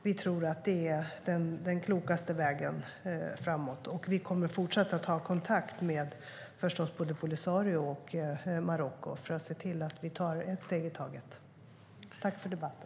Vi tror att det är den klokaste vägen framåt, och vi kommer fortsatt att ha kontakt med, förstås, både Polisario och Marocko för att se till att vi tar ett steg i taget. Tack för debatten!